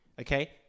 okay